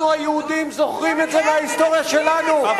אנחנו, היהודים, זוכרים את זה מההיסטוריה שלנו, הם